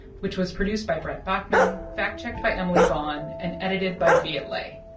which was produced by brent baughman, fact-checked by emily vaughn and edited by viet le.